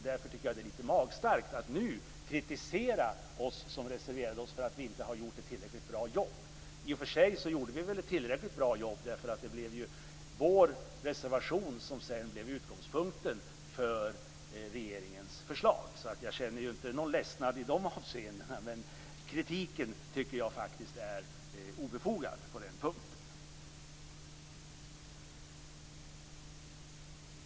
Därför är det litet magstarkt att nu kritisera oss reservanter för att inte ha gjort ett tillräckligt bra jobb. Vi gjorde i och för sig ett tillräckligt bra jobb. Det blev vår reservation som sedan blev utgångspunkten för regeringens förslag. Jag känner inte någon ledsnad i de avseendena, men kritiken är obefogad.